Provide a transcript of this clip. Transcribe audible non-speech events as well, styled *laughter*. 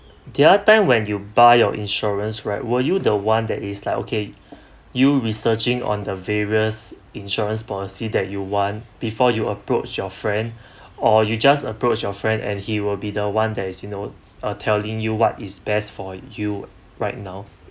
there are time when you buy your insurance right will you the one that is like okay *breath* you researching on the various insurance policy that you want before you approach your friend *breath* or you just approach your friend and he will be the one that's you know telling you what is best for you right now